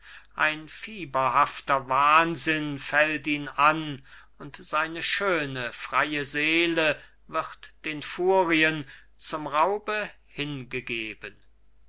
ein fieberhafter wahnsinn fällt ihn an und seine schöne freie seele wird den furien zum raube hingegeben